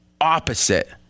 opposite